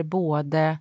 både